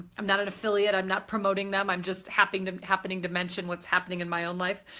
i'm not an affiliate, i'm not promoting them, i'm just happening to happening to mention what's happening in my own life.